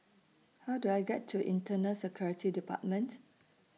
How Do I get to Internal Security department